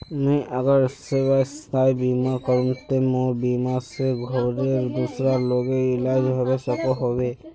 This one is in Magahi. मुई अगर स्वास्थ्य बीमा करूम ते मोर बीमा से घोरेर दूसरा लोगेर इलाज होबे सकोहो होबे?